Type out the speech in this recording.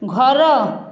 ଘର